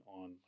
on